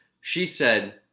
she said,